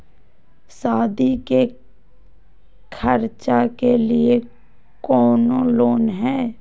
सादी के खर्चा के लिए कौनो लोन है?